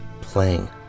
playing